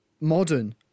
modern